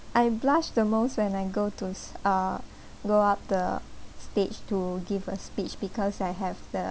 I blushed the most when I go to s~ uh go up the stage to give a speech because I have the